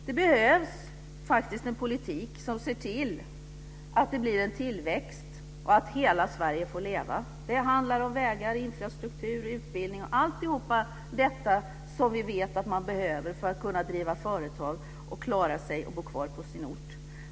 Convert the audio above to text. Det behövs faktiskt en politik som ser till att det blir en tillväxt och att hela Sverige får leva. Det handlar om vägar, infrastruktur, utbildning, osv. som vi vet att man behöver för att kunna driva företag och klara sig och bo kvar på sin ort.